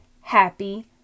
happy